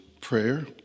prayer